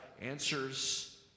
answers